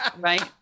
Right